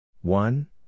One